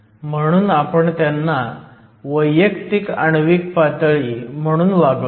म्हणून आपण त्यांना वैयक्तिक आण्विक पातळी म्हणून वागवतो